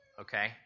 Okay